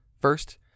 First